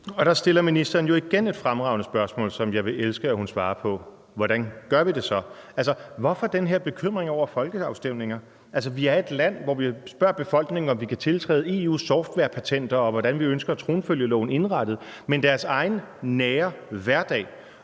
Der stiller ministeren jo igen et fremragende spørgsmål, som jeg ville elske hun svarede på, nemlig: Hvordan gør vi det så? Altså, hvorfor den her bekymring over folkeafstemninger? Vi er et land, hvor vi spørger befolkningen, om vi kan tiltræde EU's softwarepatenter, og hvordan vi ønsker tronfølgeloven indrettet, men befolkningens egen nære hverdag,